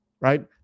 right